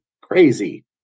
crazy